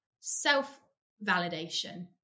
self-validation